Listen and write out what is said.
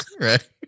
Right